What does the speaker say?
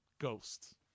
Ghosts